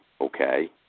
okay